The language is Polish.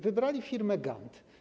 Wybrali firmę Gant.